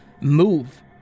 move